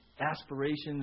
aspirations